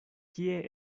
kie